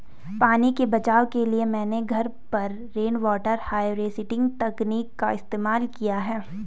पानी के बचाव के लिए मैंने घर पर रेनवाटर हार्वेस्टिंग तकनीक का इस्तेमाल किया है